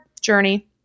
journey